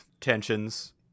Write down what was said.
tensions